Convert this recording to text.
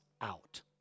out